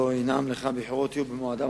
הבחירות יהיו במועדן,